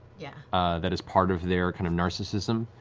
yeah ah that is part of their kind of narcissism,